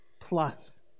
plus